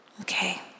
okay